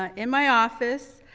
ah in my office,